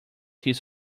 his